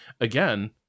again